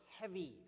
heavy